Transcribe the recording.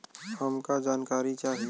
हमका जानकारी चाही?